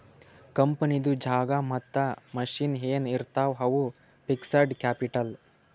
ಕಂಪನಿದು ಜಾಗಾ ಮತ್ತ ಮಷಿನ್ ಎನ್ ಇರ್ತಾವ್ ಅವು ಫಿಕ್ಸಡ್ ಕ್ಯಾಪಿಟಲ್